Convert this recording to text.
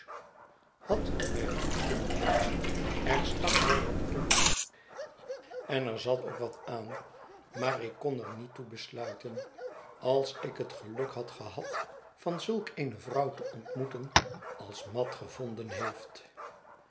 had mij goed kunnen doen er stak wel wat in en er zat ook wat aan maar ik kon er niet toe besluiten als ik het geluk had gehad van zulk eene vrouw te ontmoeten als mat gevonden heeft